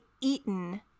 eaten